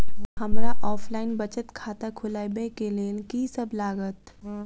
हमरा ऑफलाइन बचत खाता खोलाबै केँ लेल की सब लागत?